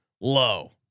low